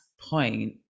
point